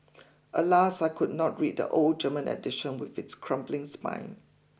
Alas I could not read the old German edition with its crumbling spine